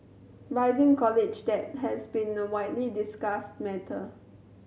rising college debt has been a widely discussed matter